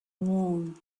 moon